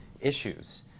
issues